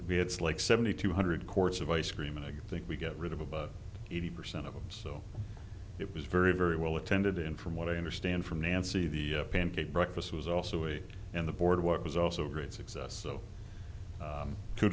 a b it's like seventy two hundred courts of ice cream and i think we got rid of about eighty percent of them so it was very very well attended in from what i understand from nancy the pancake breakfast was also a and the boardwalk was also a great success so